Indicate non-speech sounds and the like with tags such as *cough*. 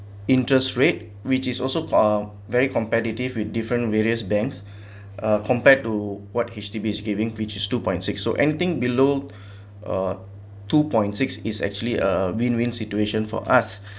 interest rate which is also co~ uh very competitive with different various banks *breath* uh compared to what H_D_B's giving which is two point six orh anything below uh two point six is actually a win-win situation for us